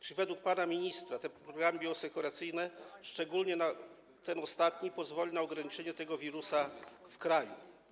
Czy według pana ministra programy bioasekuracyjne, szczególnie ten ostatni, pozwolą na ograniczenie tego wirusa w kraju?